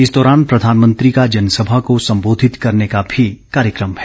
इस दौरान प्रधानमंत्री का जनसभा को संबोधित करने का भी कार्यक्रम है